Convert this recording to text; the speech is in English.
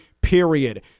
period